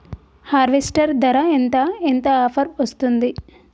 Harvester ధర ఎంత ఎంత ఆఫర్ వస్తుంది?